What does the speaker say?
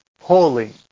holy